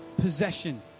possession